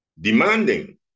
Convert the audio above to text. demanding